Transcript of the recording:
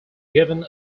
given